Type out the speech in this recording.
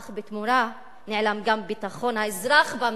אך בתמורה נעלם גם ביטחון האזרח במדינה.